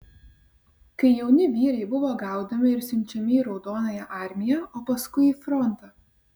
kai jauni vyrai buvo gaudomi ir siunčiami į raudonąją armiją o paskui į frontą